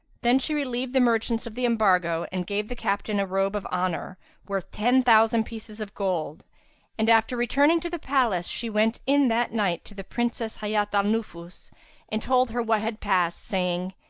then she relieved the merchants of the embargo and gave the captain a robe of honour worth ten thousand pieces of gold and, after returning to the palace, she went in that night to the princess hayat al-nufus and told her what had passed, saying,